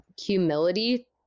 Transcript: humility